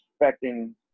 expecting